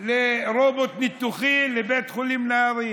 רובוט ניתוחי לבית חולים נהריה.